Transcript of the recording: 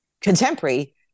contemporary